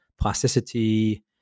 plasticity